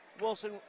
Wilson